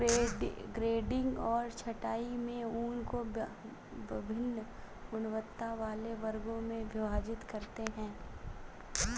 grading और छँटाई में ऊन को वभिन्न गुणवत्ता वाले वर्गों में विभाजित करते हैं